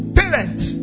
parents